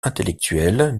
intellectuelle